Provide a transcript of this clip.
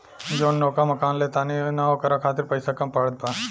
जवन नवका मकान ले तानी न ओकरा खातिर पइसा कम पड़त बा